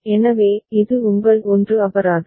எனவே இது உங்கள் 1 அபராதம்